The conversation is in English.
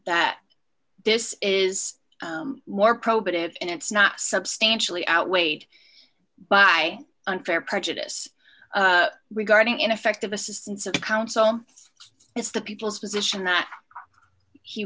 that this is more probative and it's not substantially outweighed by unfair prejudice regarding ineffective assistance of counsel it's the people's position that he